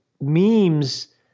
memes